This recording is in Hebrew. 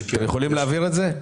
אתם יכולים להעביר את זה?